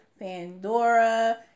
Pandora